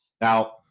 now